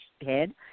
head